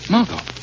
Margot